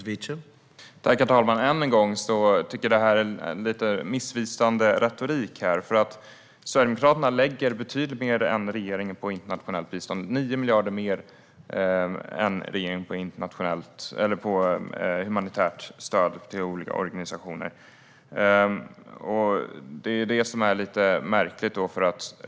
Herr talman! Än en gång tycker jag att retoriken här är lite missvisande. Sverigedemokraterna lägger betydligt mer än regeringen på internationellt bistånd. Vi lägger 9 miljarder mer än regeringen på humanitärt stöd till olika organisationer. Det här är lite märkligt.